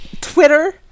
Twitter